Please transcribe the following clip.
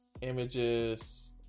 Images